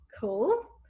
Cool